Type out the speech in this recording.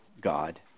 God